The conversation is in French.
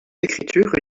écritures